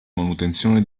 manutenzione